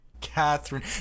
Catherine